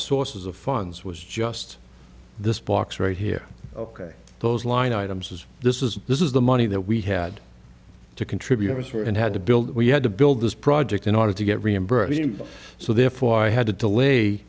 sources of funds was just this box right here ok those line items was this is this is the money that we had to contributors here and had to build we had to build this project in order to get reimbursed so therefore i had to delay